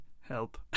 help